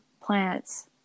plants